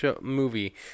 movie